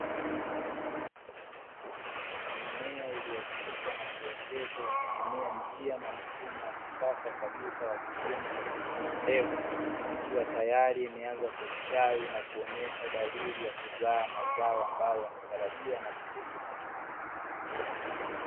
Mimea iliyokuzwa na kuoteshwa kwa kutumia njia na mfumo wa kisasa kabisa wa kilimo cha kutumia mbegu, ikiwa tayari imeanza kustawi na kuonyesha dalili ya kuzaa mazao ambayo yametarajiwa na mkulima.